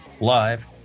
live